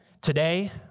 Today